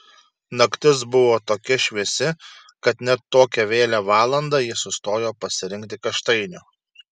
naktis buvo tokia šviesi kad net tokią vėlią valandą ji sustojo pasirinkti kaštainių